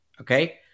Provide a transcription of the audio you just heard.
Okay